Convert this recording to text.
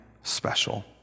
special